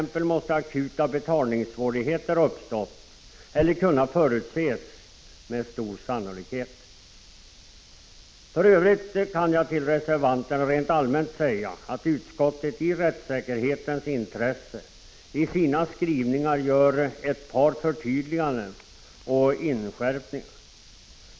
T. ex. måste akuta betalningssvårigheter ha uppstått eller kunna förutses med stor sannolikhet. För övrigt kan jag till reservanterna rent allmänt säga att utskottet i rättssäkerhetens intresse i sina skrivningar gör ett par förtydliganden och inskärpningar.